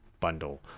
bundle